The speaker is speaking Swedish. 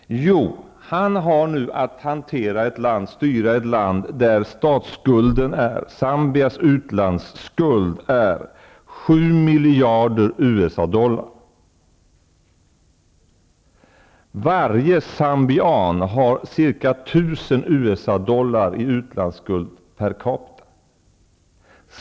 Jo, han har nu att styra ett land där Zambias utlandsskuld är 7 miljarder USA-dollar. Varje zambier har ca 1 000 USA-dollar i utlandsskuld, dvs. per capita.